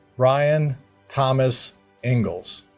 ryan thomas ingalls